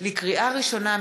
לקריאה ראשונה,